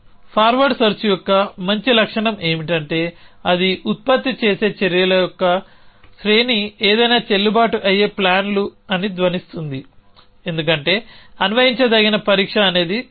forward search యొక్క మంచి లక్షణం ఏమిటంటే అది ఉత్పత్తి చేసే చర్యల శ్రేణి ఏదైనా చెల్లుబాటు అయ్యే ప్లాన్లు అని ధ్వనిస్తుంది ఎందుకంటే అన్వయించ దగిన పరీక్ష అనేది ధ్వని